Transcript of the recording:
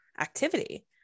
activity